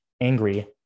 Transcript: angry